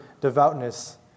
devoutness